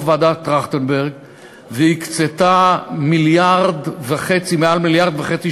ועדת טרכטנברג והקצתה מעל 1.5 מיליארד שקלים,